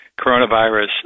coronavirus